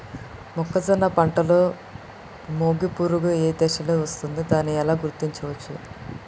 మొక్కజొన్న పంటలో మొగి పురుగు ఏ దశలో వస్తుంది? దానిని ఎలా గుర్తించవచ్చు?